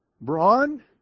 brawn